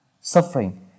suffering